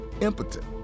impotent